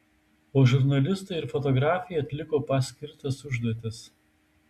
o žurnalistai ir fotografė atliko paskirtas užduotis